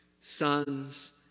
Sons